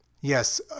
yes